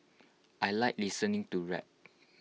I Like listening to rap